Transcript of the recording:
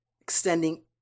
extending